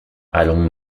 allons